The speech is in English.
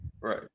Right